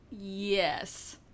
Yes